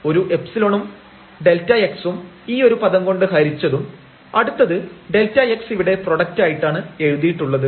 ഒരു എപ്സിലണും Δx ഉം ഈ ഒരു പദം കൊണ്ട് ഹരിച്ചതും അടുത്തത് Δx ഇവിടെ പ്രൊഡക്ട് ആയിട്ടാണ് എഴുതിയിട്ടുള്ളത്